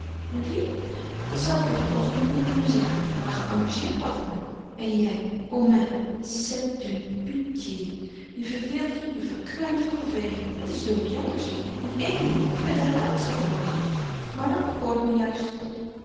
met wien dat zou ik je op het oogenblik niet kunnen zeggen maar geamuzeerd had ik me en jij o mais c'est une pitié je verveelt je je verkwijnt van verveling het is doodjammer zie je in éen woord je bent een raadsel voor me maar dat bekoort me juist